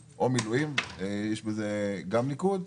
יש בזה גם ניקוד.